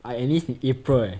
I enlist in april eh